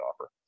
offer